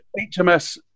HMS